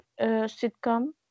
sitcom